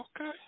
Okay